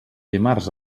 dimarts